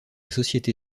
société